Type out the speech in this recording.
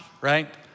right